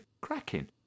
cracking